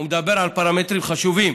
הוא מדבר על פרמטרים חשובים,